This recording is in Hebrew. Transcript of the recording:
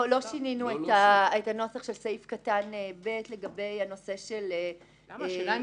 לא שינינו את הנוסח של סעיף קטן (ב) לגבי הנושא -- השאלה אם